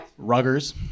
Ruggers